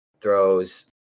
throws